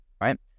right